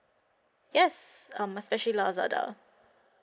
yes um especially lazada